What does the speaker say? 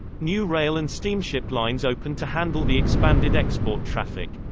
new rail and steamship lines opened to handle the expanded export traffic.